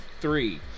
three